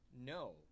no